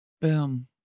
Boom